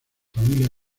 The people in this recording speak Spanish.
familia